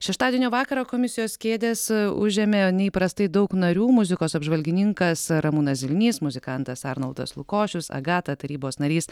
šeštadienio vakarą komisijos kėdes užėmė neįprastai daug narių muzikos apžvalgininkas ramūnas zilnys muzikantas arnoldas lukošius agata tarybos narys